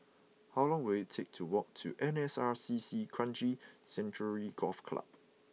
how long will it take to walk to N S R C C Kranji Sanctuary Golf Club